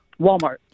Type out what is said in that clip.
Walmart